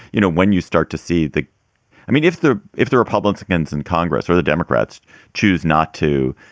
you know, when you start to see the i mean, if the if the republicans in congress or the democrats choose not to.